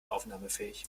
aufnahmefähig